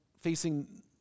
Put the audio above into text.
facing